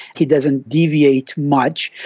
he doesn't deviate much.